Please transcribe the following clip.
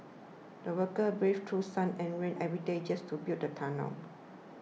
the workers braved through sun and rain every day just to build the tunnel